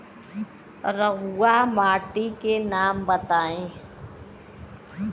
रहुआ माटी के नाम बताई?